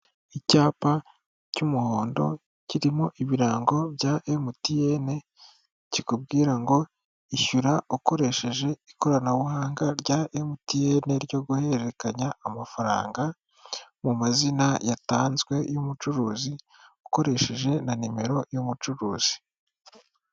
Icyapa cy'umuhondo kirimo ibirango bya MTN, kikubwira ngo ishyura ukoresheje ikoranabuhanga rya MTN ryo guhererekanya amafaranga mu mazina yatanzwe y'umucuruzi ukoresheje na nimero y'umucuruzi.